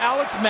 Alex